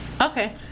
okay